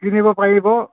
কিনিব পাৰিব